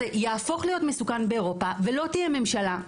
יהפוך להיות מסוכן באירופה ולא תהיה ממשלה,